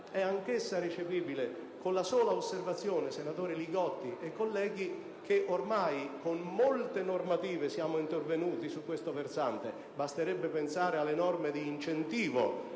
è anch'essa recepibile con la sola osservazione, senatore Li Gotti e colleghi, che ormai con molte normative siamo intervenuti su questo versante: basterebbe pensare alle norme di incentivo